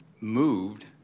moved